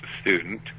student